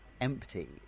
empty